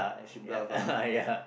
she bluff lah